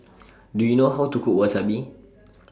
Do YOU know How to Cook Wasabi